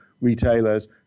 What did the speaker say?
retailers